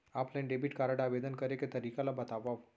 Offline debit card आवेदन करे के तरीका ल बतावव?